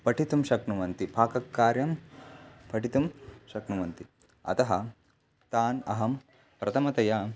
पठितुं शक्नुवन्ति पाककार्यं पठितुं शक्नुवन्ति अतः तान् अहं प्रथमतया